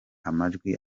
amajwi